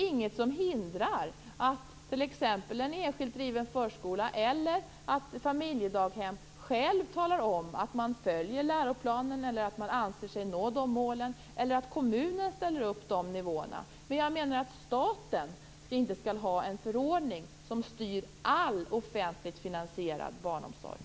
Inget hindrar att t.ex. en enskilt driven förskola eller ett familjedaghem själv talar om att man följer läroplanen eller att man anser sig nå de målen eller att kommunen ställer upp de nivåerna. Staten skall ändå inte ha en förordning som styr all offentligt finansierad barnomsorg.